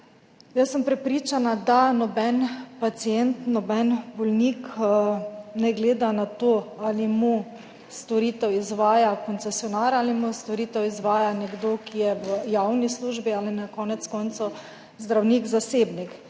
Jaz sem prepričana, da noben pacient, noben bolnik ne gleda na to, ali mu storitev izvaja koncesionar ali mu storitev izvaja nekdo, ki je v javni službi, ali na koncu koncev zdravnik zasebnik.